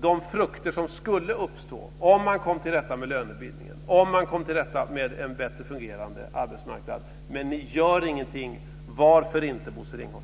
de frukter som skulle uppstå om man kom till rätta med lönebildningen, om man kom till rätta med en bättre fungerande arbetsmarknad. Men ni gör ingenting. Varför inte, Bosse Ringholm?